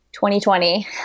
2020